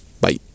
Bye